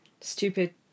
stupid